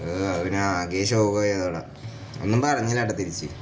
പിന്നെ ആകേ ശോകമായി അതോടെ ഒന്നും പറഞ്ഞില്ല കേട്ടോ തിരിച്ച്